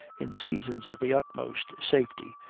in seasons of the utmost safety,